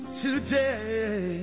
today